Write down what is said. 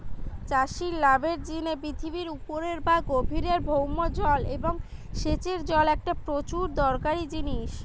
চাষির লাভের জিনে পৃথিবীর উপরের বা গভীরের ভৌম জল এবং সেচের জল একটা প্রচুর দরকারি জিনিস